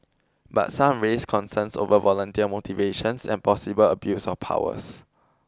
but some raised concerns over volunteer motivations and possible abuse of powers